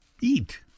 eat